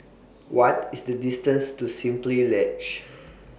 What IS The distance to Simply Lodge